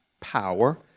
power